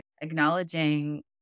acknowledging